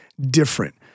different